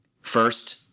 First